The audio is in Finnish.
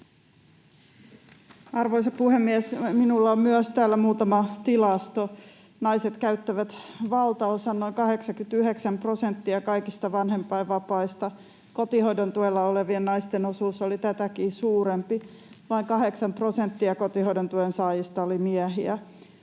Arvoisa puhemies! Minulla on myös täällä muutama tilasto. Naiset käyttävät valtaosan, noin 89 prosenttia, kaikista vanhempainvapaista. Kotihoidon tuella olevien naisten osuus oli tätäkin suurempi: vain 8 prosenttia kotihoidon tuen saajista oli miehiä.